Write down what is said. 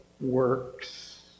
works